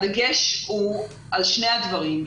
הדגש הוא על שני הדברים.